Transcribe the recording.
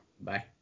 Bye